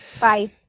Bye